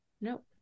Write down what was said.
Nope